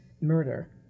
murder